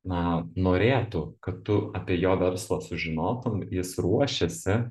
na norėtų kad tu apie jo verslą sužinotum jis ruošiasi